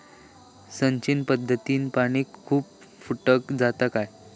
सिंचन पध्दतीत पानी खूप फुकट जाता काय?